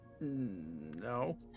No